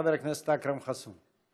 חבר הכנסת אכרם חסון.